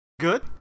good